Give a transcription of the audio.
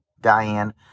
diane